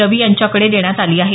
रवी यांच्याकडे देण्यात आली आहे